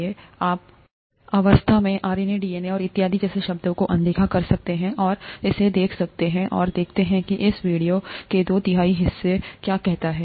इसलिए आप इस अवस्था में आरएनए डीएनए और इत्यादि जैसे शब्दों को अनदेखा कर सकते हैं और इसे देख सकते हैं और देखते हैं कि इस वीडियो के दो तिहाई हिस्से को क्या कहते हैं